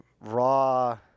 raw